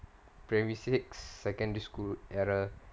primary six secondary school era